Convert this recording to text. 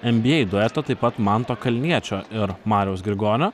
nba dueto taip pat manto kalniečio ir mariaus grigonio